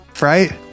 right